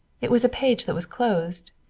it was a page that was closed.